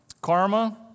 karma